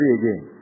again